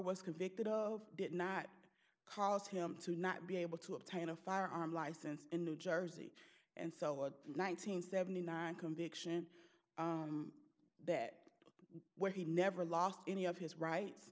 was convicted of did not cause him to not be able to obtain a firearm license in new jersey and so a one nine hundred seventy nine conviction that where he never lost any of his rights